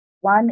One